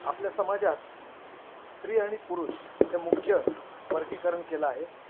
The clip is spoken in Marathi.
आपल्या समाजात स्त्री आणि पुरुष हे मुख्य वर्गीकरण केलं आहे